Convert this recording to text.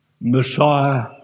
Messiah